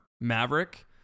Maverick